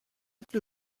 êtes